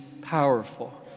powerful